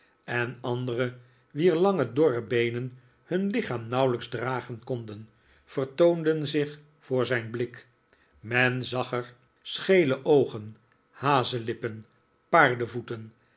en andere wier lange dorre beenen hun lichaanv nauwelijks dragen konden vertoonden zich voor zijn blik men zag er schele oogen haizenlippen paardevoeten